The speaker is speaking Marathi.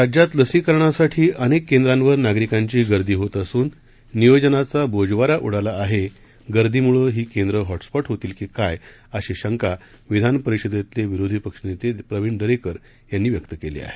राज्यात लसीकरणासाठी अनेक केंद्रावर नागरिकांची गर्दी होत असून नियोजनाचा बोजवारा उडाला आहे गर्दीमुळे ही केन्द्रं हॉटस्पॅट होतील की काय अशी शंका विधान परिषदेतले विरोधी पक्षनेते प्रविण दरेकर यांनी व्यक्त केली आहे